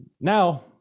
now